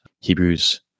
Hebrews